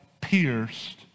pierced